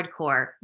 hardcore